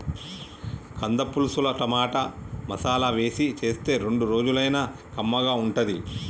కంద పులుసుల టమాటా, మసాలా వేసి చేస్తే రెండు రోజులైనా కమ్మగా ఉంటది